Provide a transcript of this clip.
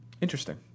Interesting